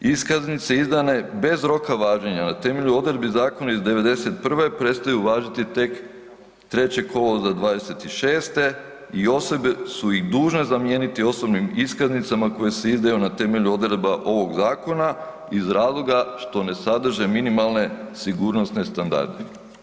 Iskaznice izdane bez roka važenja na temelju odredbi zakona iz '91. prestaju važiti tek 3. kolovoza '26. i osobe su ih dužne zamijeniti osobnim iskaznicama koje se izdaju na temelju odredaba ovog zakona iz razloga što ne sadrže minimalne sigurnosne standarde.